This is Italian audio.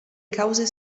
cause